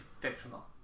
fictional